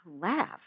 laugh